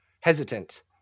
hesitant